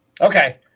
Okay